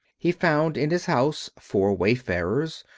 he found in his house four wayfarers,